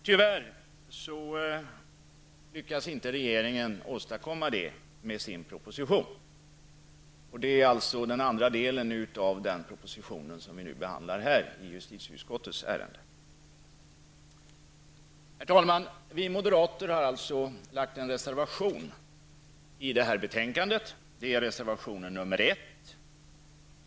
Tyvärr lyckas inte regeringen lösa problemet med sin proposition. Det är alltså den andra delen av propositionen vi behandlar. Herr talman, vi moderater har fogat en reservation till detta betänkande, nr 1.